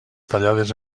tallades